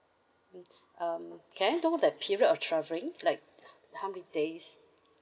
um can I know the period of travelling like how many days